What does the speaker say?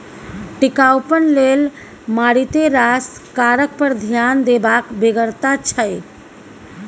टिकाउपन लेल मारिते रास कारक पर ध्यान देबाक बेगरता छै